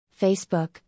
Facebook